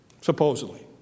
Supposedly